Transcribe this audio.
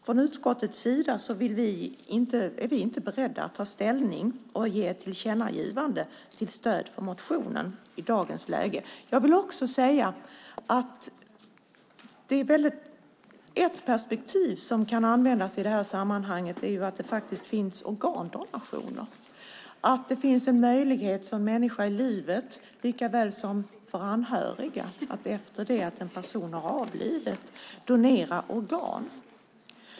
Från utskottets sida är vi i dagens läge inte beredda att ta ställning och ge ett tillkännagivande till stöd för motionen. Jag vill dessutom säga att ett perspektiv som kan behöva tas upp i det här sammanhanget är att det finns organdonationer. Det finns möjlighet för en människa i livet, liksom för anhöriga efter det att en person har avlidit, att donera organ.